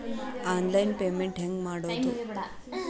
Online payment ಹೆಂಗ್ ಮಾಡೋದು?